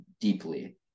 deeply